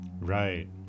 Right